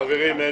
חברים,